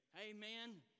Amen